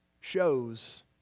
shows